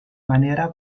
manera